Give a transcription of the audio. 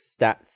stats